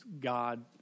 God